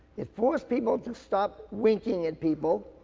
it forced people to stop winking at people,